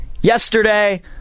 yesterday